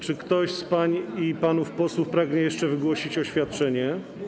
Czy ktoś z pań i panów posłów pragnie jeszcze wygłosić oświadczenie?